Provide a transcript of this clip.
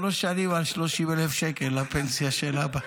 שלוש שנים על 30,000 שקל לפנסיה של אבא?